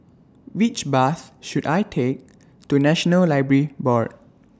Which Bus should I Take to National Library Board